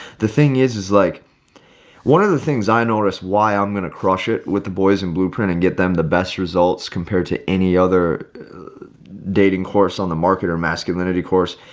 the thing is, is like one of the things i notice why i'm going to crush it with the boys and blueprint and get them the best results compared to any other dating course on the market or masculinity course,